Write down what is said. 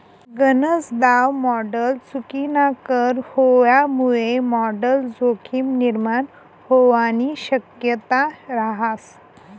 गनज दाव मॉडल चुकीनाकर व्हवामुये मॉडल जोखीम निर्माण व्हवानी शक्यता रहास